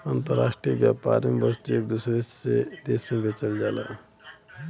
अंतराष्ट्रीय व्यापार में वस्तु एक देश से दूसरे देश में बेचल जाला